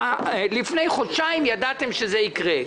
לפני חודשיים ידעתם שזה יקרה.